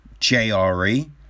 JRE